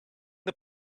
the